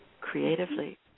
creatively